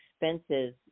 expenses